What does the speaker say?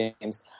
games